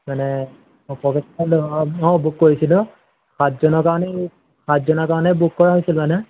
মানে অঁ পকেজ এটা অঁ বুক কৰিছিলোঁ সাতজনৰ কাৰণে এই সাতজনৰ কাৰণে বুক কৰা হৈছিল মানে